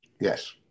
Yes